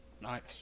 Nice